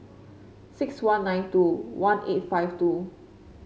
six one nine two one eight five two